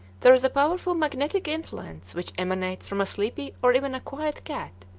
there is a powerful magnetic influence which emanates from a sleepy or even a quiet cat,